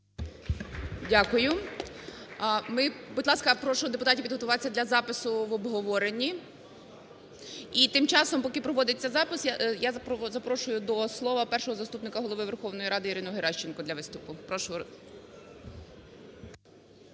Дякую. Будь ласка, прошу депутатів підготуватися для запису в обговорені. І тим часом, поки проводиться запис, я запрошую до слова Першого заступника Голови Верховної Ради Ірину Геращенко для виступу.